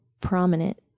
prominent